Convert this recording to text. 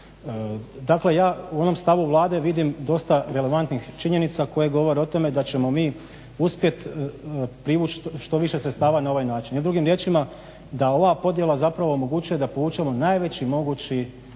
Dakle ja u onom stavu Vlade vidim dosta relevantnih činjenica koje govore o tome da ćemo mi uspjeti privući što više sredstava na ovaj način. Drugim riječima da ova podjela omogućuje da povučemo najveći mogući